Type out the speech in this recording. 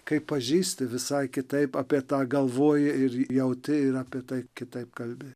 kai pažįsti visai kitaip apie tą galvoji ir jauti ir apie tai kitaip kalbi